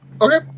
Okay